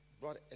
brought